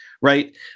right